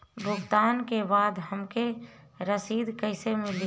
भुगतान के बाद हमके रसीद कईसे मिली?